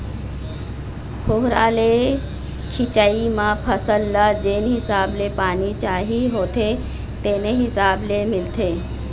फुहारा ले सिंचई म फसल ल जेन हिसाब ले पानी चाही होथे तेने हिसाब ले मिलथे